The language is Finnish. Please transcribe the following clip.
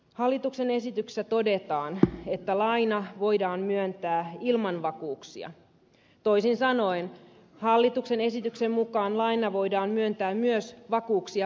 hallituksen esityksessä todetaan että laina voidaan myöntää ilman vakuuksia toisin sanoen hallituksen esityksen mukaan laina voidaan myöntää myös vakuuksia vastaan